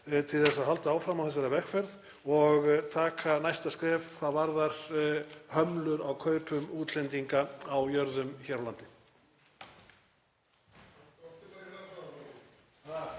og taka næsta skref hvað varðar hömlur á kaupum útlendinga á jörðum hér á landi.